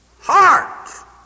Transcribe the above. Heart